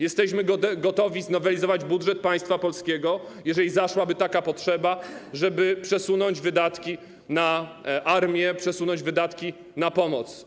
Jesteśmy gotowi znowelizować budżet państwa polskiego, jeżeli zaszłaby taka potrzeba, żeby przesunąć wydatki na armię, przesunąć wydatki na pomoc.